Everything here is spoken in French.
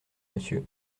monsieur